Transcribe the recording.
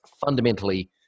fundamentally